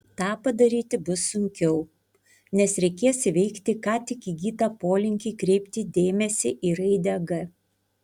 tą padaryti bus sunkiau nes reikės įveikti ką tik įgytą polinkį kreipti dėmesį į raidę g